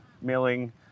milling